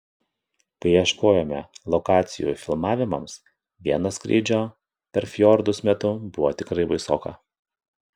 kai ieškojome lokacijų filmavimams vieno skrydžio per fjordus metu buvo tikrai baisoka